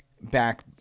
back